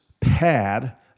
pad